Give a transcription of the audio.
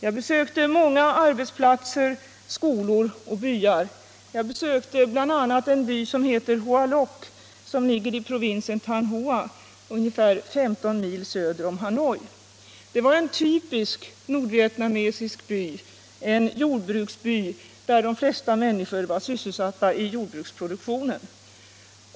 Jag besökte många arbetsplatser, skolor och byar, bl.a. en by som heter Hoa Loc, som ligger i provinsen Than Hoa, ungefär 15 mil söder om Hanoi. Det var en typisk nordvietnamesisk by, en jordbruksby där de flesta männsikor var sysselsatta i jordbruksproduktionen.